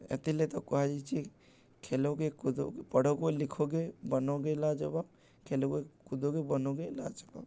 ସେଥିର୍ ଲାଗି ତ କୁହାଯାଇଛେ ଖେଲୋଗେ କୁଦୋଗେ ପଢ଼ୋଗେ ଲିଖୋଗେ ବନୋଗେ ଲାଜବାବ୍ ଖେଲୋଗେ କୁଦୋଗେ ବନୋଗେ ଲାଜବାବ୍